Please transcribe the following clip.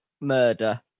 murder